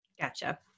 Gotcha